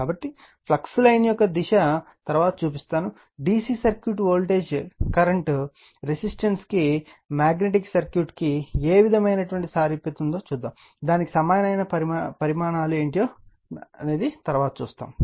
కాబట్టి flux line యొక్క దిశ తరువాత చూపిస్తాను DC సర్క్యూట్ వోల్టేజ్ కరెంట్ రెసిస్టెన్స్కు మాగ్నెటిక్ సర్క్యూట్కు ఏ విధమైన సారూప్యత ఉంది దానికి సమానమైన పరిమాణాలు ఏమిటి అనేది తరువాత చూస్తాము